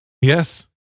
Yes